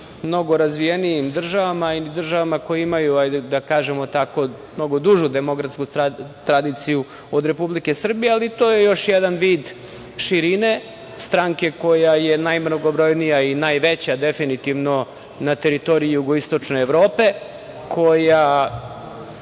mnogo razvijenijim državama i državama koje imaju, hajde da kažemo tako, mnogo dužu demokratsku tradiciju od Republike Srbije, ali to je još jedan vid širine stranke koja je najmnogobrojnija i najveća, definitivno, na teritoriji jugoistočne Evrope, koja,